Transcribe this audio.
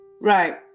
right